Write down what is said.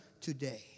today